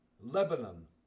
Lebanon